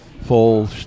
full